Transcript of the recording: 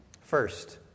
First